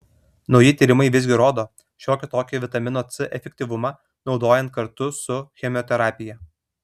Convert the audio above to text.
nauji tyrimai visgi rodo šiokį tokį vitamino c efektyvumą naudojant kartu su chemoterapija